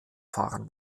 fahren